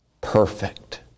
perfect